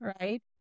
right